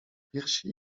piersi